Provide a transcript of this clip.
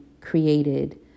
created